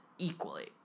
Equally